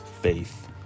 faith